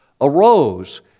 arose